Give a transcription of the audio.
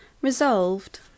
resolved